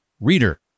Reader